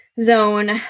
zone